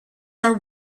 are